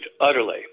utterly